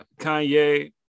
Kanye